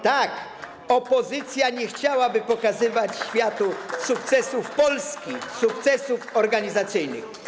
Tak, opozycja nie chciałaby pokazywać światu sukcesów Polski, sukcesów organizacyjnych.